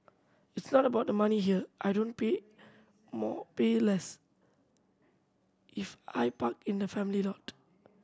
it's not about the money here I don't pay more pay less if I park in the family lot